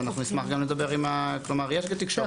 נשמח לדבר - יש תקשורת.